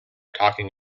talking